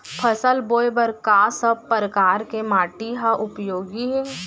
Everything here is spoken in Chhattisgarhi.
फसल बोए बर का सब परकार के माटी हा उपयोगी हे?